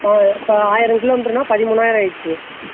இப்போ ஆயிரம் கிலோ மீட்டர்ன்னா பதிமூணாயிரம் ஆயிடுச்சு